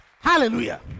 Hallelujah